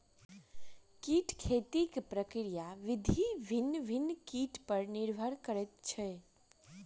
कीट खेती के प्रक्रिया विधि भिन्न भिन्न कीट पर निर्भर करैत छै